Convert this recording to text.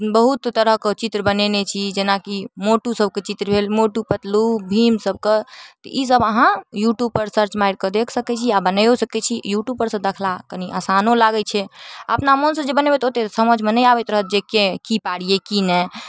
बहुत तरहके चित्र बनेने छी जेनाकि मोटूसभके चित्र भेल मोटू पतलू भीम सभके ईसब अहाँ यूट्यूबपर सर्च मारिकऽ देख सकै छी या बनाइओ सकै छी यूट्यूबपरसँ देखला कनि आसानो लागै छै अपना मोनसँ जे बनेबै तऽ ओतेक समझिमे नहि अबैत रहत जे कै कि पाड़िए कि नहि